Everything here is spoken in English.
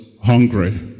Hungry